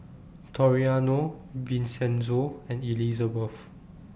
Toriano Vincenzo and Elizebeth